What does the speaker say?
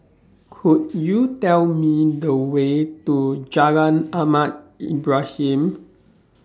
Could YOU Tell Me The Way to Jalan Ahmad Ibrahim